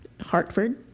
Hartford